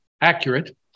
accurate